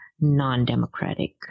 non-democratic